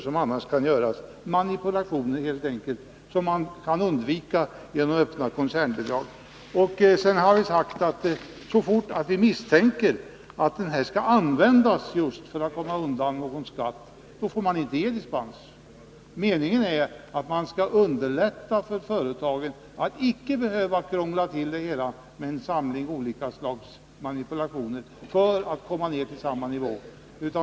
Genom att tillåta öppna koncernbidrag kan man helt enkelt undvika manipulationer som annars kunde göras. Så fort man misstänker att den här bestämmelsen används just för att komma undan skatt får dispens inte ges, har vi sagt. Man skall underlätta för företagen — utan att de skall behöva krångla till det hela med en samling av olika slags manipulationer för att komma ner till samma nivå.